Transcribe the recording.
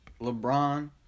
LeBron